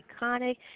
iconic